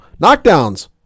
Knockdowns